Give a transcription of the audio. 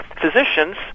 physicians